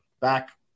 back